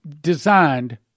designed